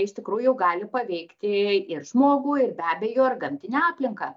iš tikrųjų gali paveikti ir žmogų ir be abejo ir gamtinę aplinką